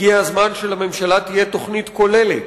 הגיע הזמן שלממשלה תהיה תוכנית כוללת,